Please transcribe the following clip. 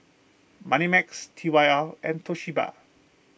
Moneymax T Y R and Toshiba